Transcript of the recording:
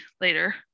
later